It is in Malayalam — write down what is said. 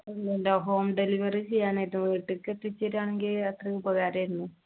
ഇല്ലല്ല ഹോം ഡെലിവറി ചെയ്യാനായിരുന്നു വീട്ടിലേക്ക് എത്തിച്ചുതരികയാണെങ്കിൽ അത്രയും ഉപകാരമായിരുന്നു